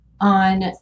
on